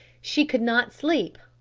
she could not sleep,